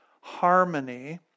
harmony